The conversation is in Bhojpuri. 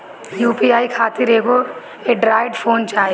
यू.पी.आई खातिर एगो एड्रायड फोन चाही